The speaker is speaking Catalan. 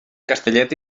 castellet